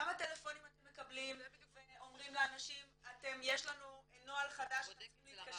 כמה טלפונים אתם מקבלים ואומרים לאנשים יש לנו נוהל חדש אתם